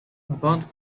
avant